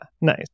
nice